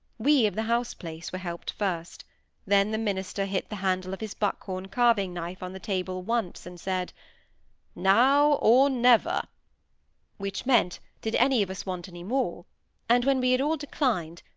we of the house-place were helped first then the minister hit the handle of his buck-horn carving-knife on the table once, and said now or never which meant, did any of us want any more and when we had all declined,